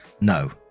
no